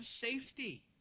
safety